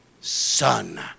son